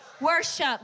worship